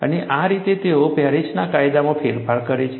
અને આ રીતે તેઓ પેરિસના કાયદામાં ફેરફાર કરે છે